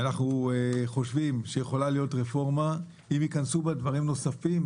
ואנחנו חושבים שיכולה להיות רפורמה אם ייכנסו בה דברים נוספים,